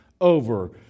over